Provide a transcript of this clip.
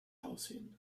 aussehen